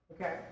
Okay